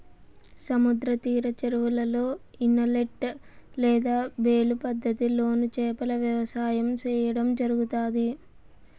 సముద్ర తీర చెరువులలో, ఇనలేట్ లేదా బేలు పద్ధతి లోను చేపల వ్యవసాయం సేయడం జరుగుతాది